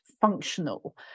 functional